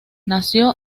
nació